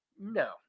no